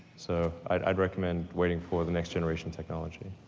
so, i'd i'd recommend waiting for the next generation technology.